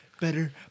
better